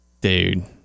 dude